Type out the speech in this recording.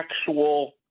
actual